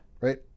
right